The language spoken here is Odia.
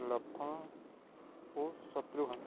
ଲକ୍ଷ୍ଖଣ ଓ ଶତ୍ରୁଘ୍ନ